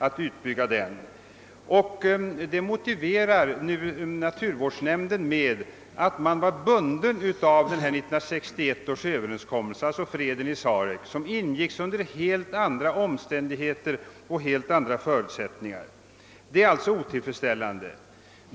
Detta motiverade naturvårdsnämnden med att den var bunden av 1961 års överenskommelse, alltså freden i Sarek, som ingicks under helt andra förutsättningar. Detta är otillfredsställande.